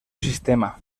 sistema